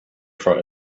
for